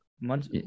months